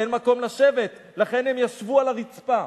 אין מקום לשבת, לכן הם ישבו על הרצפה.